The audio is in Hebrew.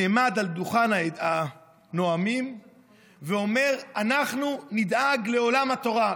נעמד על דוכן הנואמים ואומר: אנחנו נדאג לעולם התורה,